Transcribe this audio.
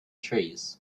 trees